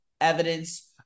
evidence